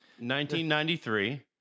1993